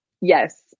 yes